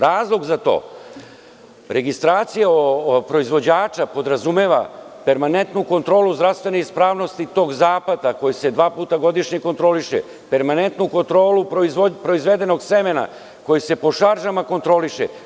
Razlog za to, registracija proizvođača podrazumeva permanentnu kontrolu zdravstvene ispravnosti tog zahvata koji se dva puta godišnje kontroliše, permanentnu kontrolu proizvedenog semena koji se po šaržama kontroliše.